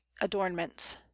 adornments